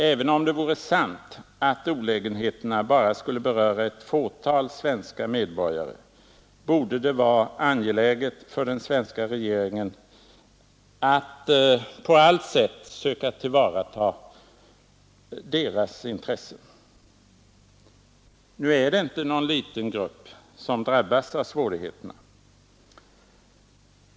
Även om det vore sant att olägenheterna bara skulle beröra ett fåtal svenska medborgare, borde det vara angeläget för den svenska regeringen att på allt sätt söka tillvarata deras intressen. Nu är det inte någon liten grupp som drabbas av svårigheterna.